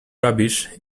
rubbish